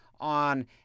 on